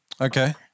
Okay